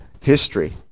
History